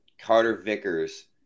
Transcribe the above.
Carter-Vickers